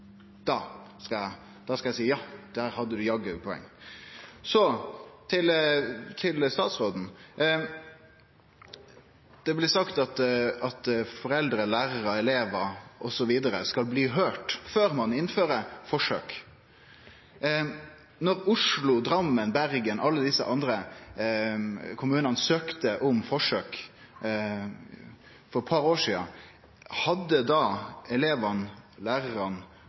Da skal eg si: Ja, der hadde du jaggu eit poeng. Så til statsråden: Det blei sagt at foreldre, lærarar, elevar osv. skal bli høyrde før ein innfører forsøk. Da Oslo, Drammen, Bergen og alle dei andre kommunane søkte om forsøk for eit par år sidan, hadde da elevane, lærarane,